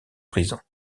prison